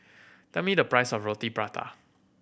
tell me the price of Roti Prata